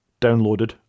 downloaded